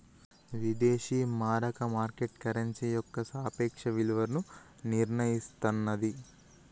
విదేశీ మారక market currency యొక్క సాపేక్ష విలువను నిర్ణయిస్తన్నాది